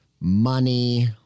money